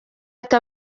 ati